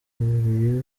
bahuriye